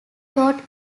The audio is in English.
taught